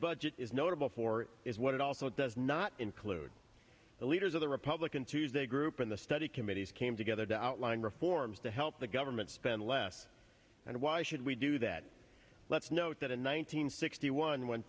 budget is notable for is what it also does not include the leaders of the republican tuesday group in the study committees came together to outline reforms to help the government spend less and why should we do that let's note that in one nine hundred sixty one when